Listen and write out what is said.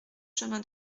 chemin